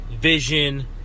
vision